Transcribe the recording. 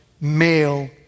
male